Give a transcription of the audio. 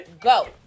Go